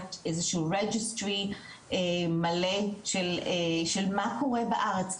איזשהו registry מלא של מה קורה בארץ,